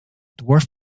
dwarf